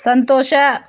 ಸಂತೋಷ